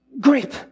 Grape